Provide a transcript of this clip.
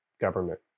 government